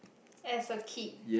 as a kid